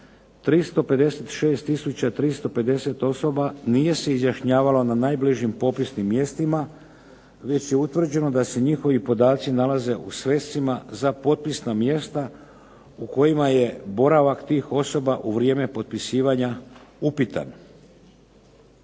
356350 osoba nije se izjašnjavalo na najbližim popisnim mjestima već je utvrđeno da se njihovi podaci nalaze u svescima za potpisna mjesta u kojima je boravak tih osoba u vrijeme potpisivanja upitan.